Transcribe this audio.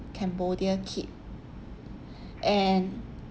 cambodia kid and